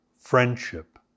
friendship